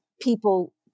people